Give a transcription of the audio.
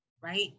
right